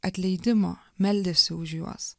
atleidimo meldėsi už juos